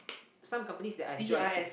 some companies that I joined